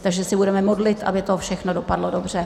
Takže se budeme modlit, aby to všechno dopadlo dobře.